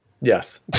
yes